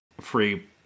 free